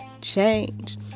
change